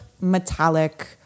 metallic